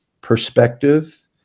perspective